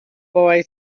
boy